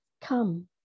Come